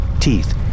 teeth